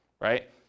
right